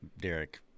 Derek